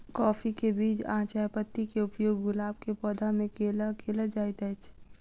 काफी केँ बीज आ चायपत्ती केँ उपयोग गुलाब केँ पौधा मे केल केल जाइत अछि?